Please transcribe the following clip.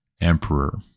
Emperor